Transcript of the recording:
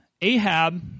Ahab